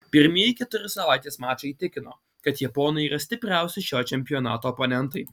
pirmieji keturi savaitės mačai įtikino kad japonai yra stipriausi šio čempionato oponentai